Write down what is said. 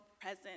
present